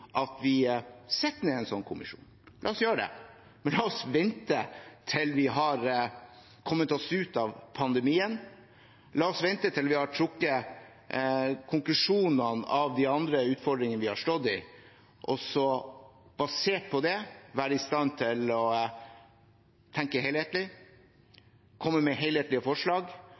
at vi setter ned en slik kommisjon. La oss gjøre det, men la oss vente til vi har kommet oss ut av pandemien, la oss vente til vi har trukket konklusjonene av de andre utfordringene vi har stått i, og så basert på det være i stand til å tenke helhetlig og komme med helhetlige forslag